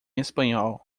espanhol